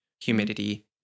humidity